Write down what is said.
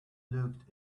looked